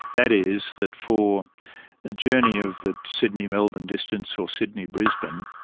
that is, that for a journey of the sydney-melbourne distance or sydney-brisbane,